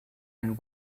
and